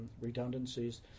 redundancies